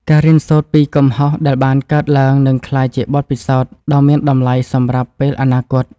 ការរៀនសូត្រពីកំហុសដែលបានកើតឡើងនឹងក្លាយជាបទពិសោធន៍ដ៏មានតម្លៃសម្រាប់ពេលអនាគត។